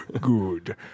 Good